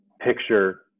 picture